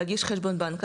להגיש חשבון בנק,